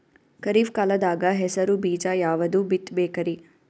ಖರೀಪ್ ಕಾಲದಾಗ ಹೆಸರು ಬೀಜ ಯಾವದು ಬಿತ್ ಬೇಕರಿ?